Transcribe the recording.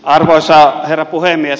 arvoisa herra puhemies